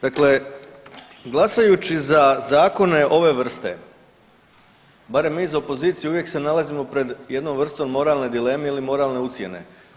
Dakle, glasajući za zakone ove vrste, barem mi iz opozicije, uvijek se nalazimo pred jednom vrstom moralne dileme ili moralne ucjene.